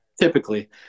Typically